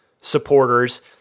supporters